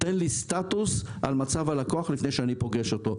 כדי לתת לי סטטוס על מצב הלקוח לפני שאני פוגש אותו.